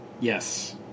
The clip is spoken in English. Yes